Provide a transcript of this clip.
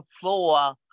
floor